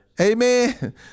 Amen